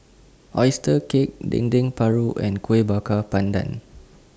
Oyster Cake Dendeng Paru and Kueh Bakar Pandan